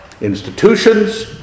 institutions